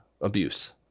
Abuse